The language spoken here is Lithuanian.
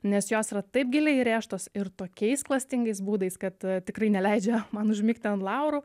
nes jos yra taip giliai įrėžtos ir tokiais klastingais būdais kad tikrai neleidžia man užmigti ant laurų